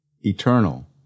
eternal